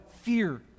fear